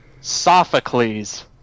Sophocles